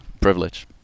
privilege